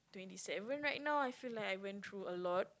twenty seven right now I feel like I went through a lot